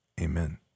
amen